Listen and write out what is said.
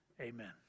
Amen